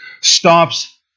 stops